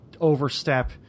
overstep